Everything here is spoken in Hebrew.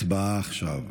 הצבעה עכשיו.